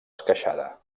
esqueixada